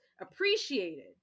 appreciated